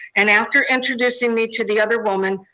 and after introducing me to the other woman,